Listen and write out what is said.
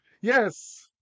Yes